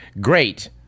great